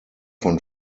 von